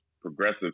progressive